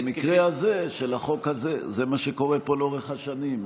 במקרה הזה של החוק הזה זה מה שקורה פה לאורך השנים,